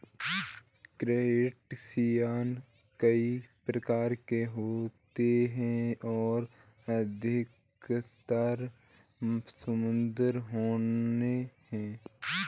crustacean कई प्रकार के होते हैं और अधिकतर समुद्री होते हैं